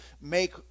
make